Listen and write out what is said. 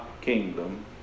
kingdom